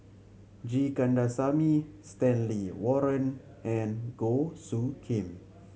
G Kandasamy Stanley Warren and Goh Soo Khim